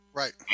right